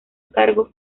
cargo